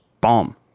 bomb